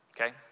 okay